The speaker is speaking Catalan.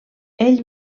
ell